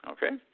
Okay